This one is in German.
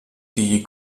die